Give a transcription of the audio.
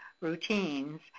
routines